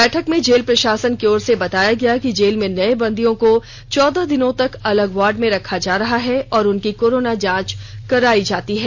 बैठक में जेल प्रशासन की ओर से बताया गया कि जेल में नए बंदियों को चौदह दिनों तक अलग वार्ड में रखा जा रहा है और उनकी कोरोना जांच कराई जाती है